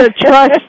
trust